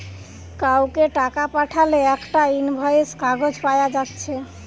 কাউকে টাকা পাঠালে একটা ইনভয়েস কাগজ পায়া যাচ্ছে